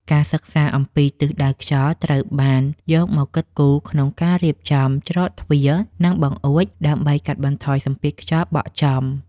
ការសិក្សាអំពីទិសដៅខ្យល់ត្រូវបានយកមកគិតគូរក្នុងការរៀបចំច្រកទ្វារ និង បង្អួចដើម្បីកាត់បន្ថយសម្ពាធខ្យល់បក់ចំ។